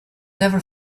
never